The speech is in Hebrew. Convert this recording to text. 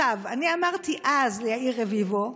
אני אמרתי אז ליאיר רביבו,